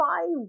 five